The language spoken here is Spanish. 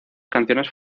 canciones